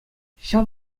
ҫав